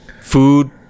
food